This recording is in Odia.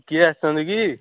କିଏ ଆସିଛନ୍ତି କି